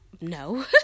No